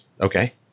okay